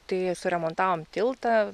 tai suremontavom tiltą